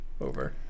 over